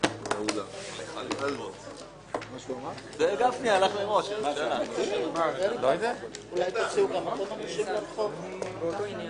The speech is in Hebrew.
בשעה 14:17.